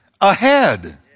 ahead